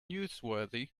newsworthy